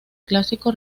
clásico